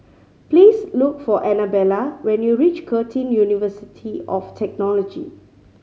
please look for Anabella when you reach Curtin University of Technology